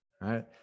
Right